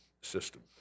system